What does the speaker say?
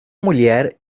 mulher